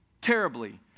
terribly